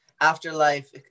afterlife